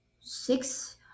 Six